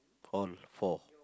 all four